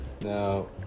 now